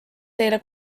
teile